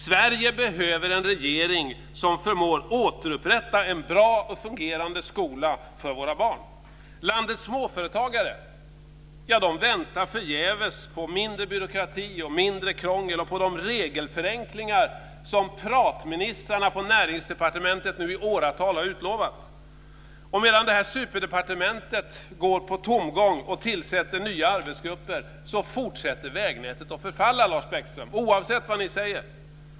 Sverige behöver en regering som förmår återupprätta en bra och fungerande skola för våra barn. Landets småföretagare väntar förgäves på mindre byråkrati och mindre krångel och på de regelförenklingar som pratministrarna på Näringsdepartementet i åratal har utlovat. Medan superdepartementet går på tomgång och tillsätter nya arbetsgrupper fortsätter vägnätet att förfalla, Lars Bäckström, oavsett vad ni säger.